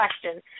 question